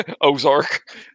Ozark